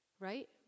right